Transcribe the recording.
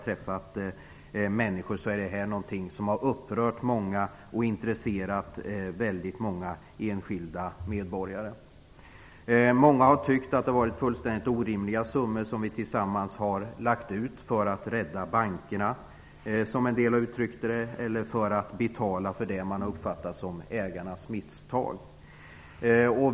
Detta är något som har upprört och intresserat många enskilda medborgare. Många har tyckt att det har varit fullständigt orimliga summor som vi tillsammans har lagt ut för att rädda bankerna, som en del har uttryckt det, eller för att betala för det som man har uppfattat som ägarnas misstag.